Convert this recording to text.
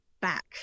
back